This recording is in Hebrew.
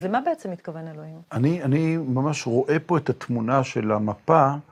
למה בעצם מתכוון אלוהים? אני ממש רואה פה את התמונה של המפה.